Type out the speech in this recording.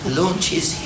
launches